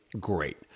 great